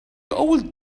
old